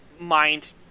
Mind